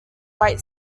white